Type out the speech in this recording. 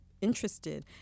interested